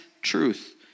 truth